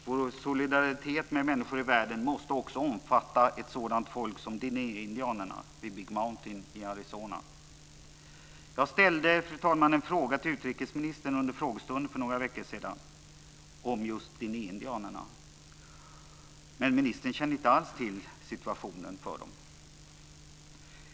Vår solidaritet med människor i världen måste också omfatta ett sådant folk som dinehindianerna vid Big Mountain i Jag ställde, fru talman, en fråga till utrikesministern vid frågestunden för några veckor sedan om just dinehindianerna. Men ministern kände inte alls till deras situation.